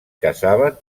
caçaven